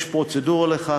יש פרוצדורה לכך,